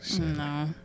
No